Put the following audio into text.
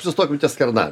sustokime ties kernave